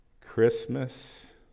Christmas